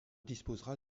disposera